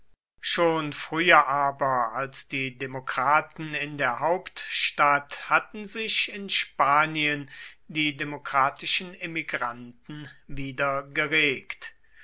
schon früher aber als die demokraten in der hauptstadt hatten sich in spanien die demokratischen emigranten wieder geregt